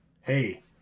hey